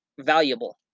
valuable